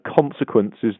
consequences